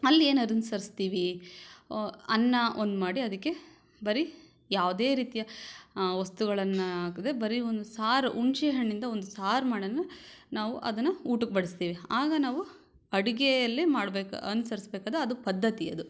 ಅಲ್ಲಿ ಏನು ಅನುಸರ್ಸ್ತೀವಿ ಅನ್ನ ಒಂದು ಮಾಡಿ ಅದಕ್ಕೆ ಬರೀ ಯಾವುದೇ ರೀತಿಯ ವಸ್ತುಗಳನ್ನು ಹಾಕದೆ ಬರೀ ಒಂದು ಸಾರು ಹುಣ್ಷೆ ಹಣ್ಣಿಂದ ಒಂದು ಸಾರು ಮಾಡನ್ನ ನಾವು ಅದನ್ನು ಊಟಕ್ಕೆ ಬಡಿಸ್ತೀವಿ ಆಗ ನಾವು ಅಡಿಗೆಯಲ್ಲಿ ಮಾಡಬೇಕಾ ಅನುಸರಿಸ್ಬೇಕಾದ ಅದು ಪದ್ಧತಿ ಅದು